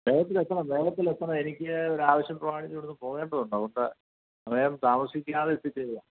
വേഗത്തിൽ എത്തണം വേഗത്തിൽ എത്തണം എനിക്ക് ഒരു ആവശ്യം പ്രമാണിച്ച് ഇവിടുന്ന് പോകേണ്ടതുണ്ട് അതുകൊണ്ട് അധികം താമസിക്കാതെ എത്തിച്ചേരുക